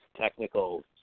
technical